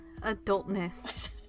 adultness